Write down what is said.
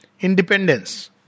independence